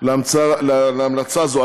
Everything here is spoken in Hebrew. להמלצה זו.